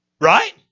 Right